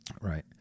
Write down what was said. Right